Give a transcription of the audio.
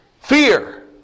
fear